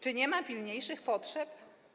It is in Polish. Czy nie ma pilniejszych potrzeb?